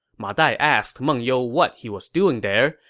ma dai asked meng you what he was doing there,